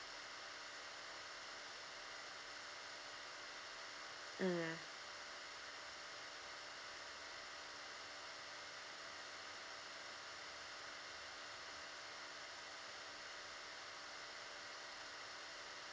mm